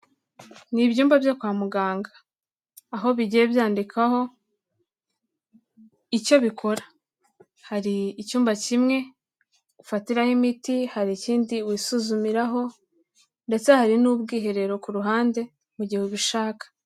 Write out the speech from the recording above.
Ni ibyumba byo kwa muganga, aho bigiye byandikwaho icyo bikora. Hari icyumba kimwe ufatiraho imiti, hari ikindi wisuzumiraho ndetse hari n'ubwiherero ku ruhande mu gihe ubishaka.